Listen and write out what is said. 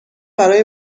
برای